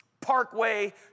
Parkway